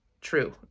true